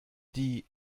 die